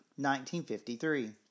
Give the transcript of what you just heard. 1953